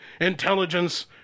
intelligence